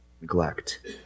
neglect